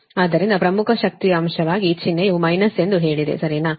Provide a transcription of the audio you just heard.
ಆದ್ದರಿಂದ ಪ್ರಮುಖ ಶಕ್ತಿಯ ಅಂಶವಾಗಿ ಈ ಚಿಹ್ನೆಯು ಮೈನಸ್ ಎಂದು ಹೇಳಿದೆ ಸರಿನಾ